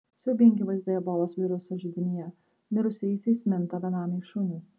siaubingi vaizdai ebolos viruso židinyje mirusiaisiais minta benamiai šunys